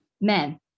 men